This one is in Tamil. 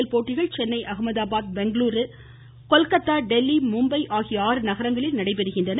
எல் போட்டிகள் சென்னை அகமதாபாத் பெங்களுரு கொல்கத்தா தில்லி மும்பை ஆகிய ஆறு நகரங்களில் நடைபெறுகின்றன